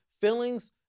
feelings